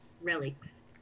relics